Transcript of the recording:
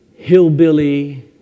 hillbilly